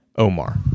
Omar